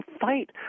fight